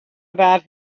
about